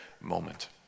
moment